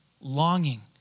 longing